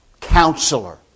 Counselor